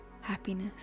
happiness